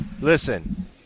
listen